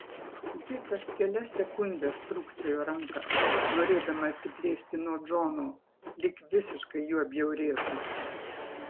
ji kas kelias sekundes trūkčiojo ranką norėdama atsiplėšti nuo džono lyg visiškai juo bjaurėtųsi